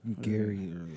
Gary